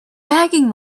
begging